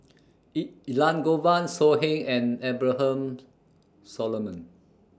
E Elangovan So Heng and Abraham Solomon